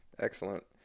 Excellent